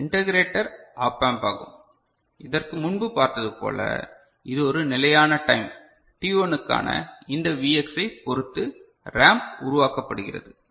இது integrator op amp ஆகும் இதற்கு முன்பு பார்த்தது போல இது ஒரு நிலையான டைம் t1 க்கான இந்த Vx ஐப் பொறுத்து ரேம்ப் உருவாக்கப்படுகிறது